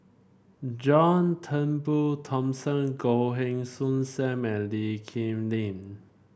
John Turnbull Thomson Goh Heng Soon Sam and Lee Kip Lin